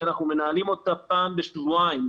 שאנחנו מנהלים אותה פעם בשבועיים.